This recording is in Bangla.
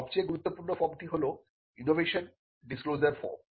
সবচেয়ে গুরুত্বপূর্ণ ফর্মটি হল ইনোভেশন ডিসক্লোজার ফর্ম